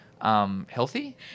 healthy